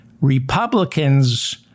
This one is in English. Republicans